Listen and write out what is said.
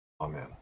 Amen